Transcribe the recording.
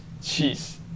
Cheese